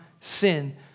sin